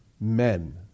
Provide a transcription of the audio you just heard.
men